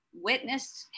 witnessed